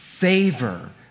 favor